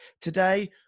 Today